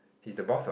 he's the boss what